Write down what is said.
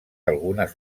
algunes